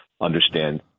understand